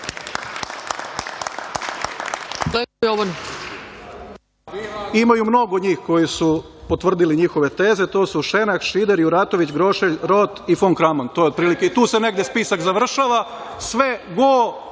Ima mnogo njih koji su potvrdili njihove teze. To su: Šenak, Šider, Juratović, Groše, Rot i Fon Kramon. Tu se negde spisak završava. Sve go